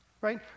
right